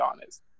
honest